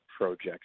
projects